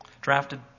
Drafted